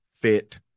fit